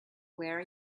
where